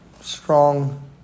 strong